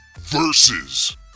versus